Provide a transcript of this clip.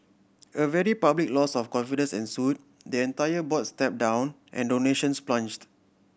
a very public loss of confidence ensued the entire board stepped down and donations plunged